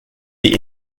die